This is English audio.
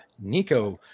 nico